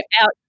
out